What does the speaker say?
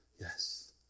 Yes